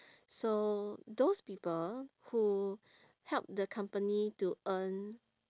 so those people who help the company to earn